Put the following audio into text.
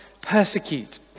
persecute